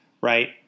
right